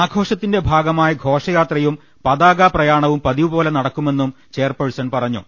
ആഘോഷത്തിന്റെ ഭാഗമായ ഘോഷയാത്രയും പതാകാപ്രയാണവും പതിവുപോലെ നടക്കുമെന്നും ചെയർപേഴ്സൺ പറ ഞ്ഞു